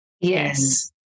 yes